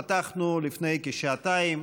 אנחנו פתחנו לפני כשעתיים